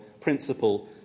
principle